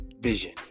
vision